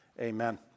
Amen